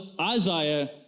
Isaiah